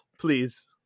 Please